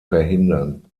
verhindern